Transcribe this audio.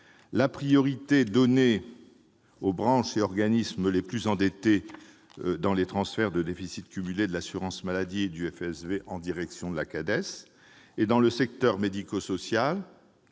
la priorité donnée aux branches et organismes les plus endettés dans les transferts de déficits cumulés de l'assurance maladie et du FSV en direction de la CADES, la Caisse d'amortissement